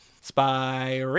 spy